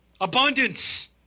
Abundance